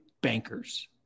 bankers